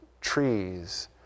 trees